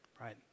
right